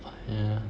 yeah